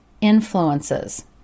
influences